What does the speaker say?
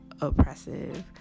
oppressive